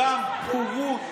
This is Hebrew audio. את מבינה שחוץ מרוע, גם בורות?